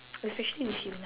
especially with you lah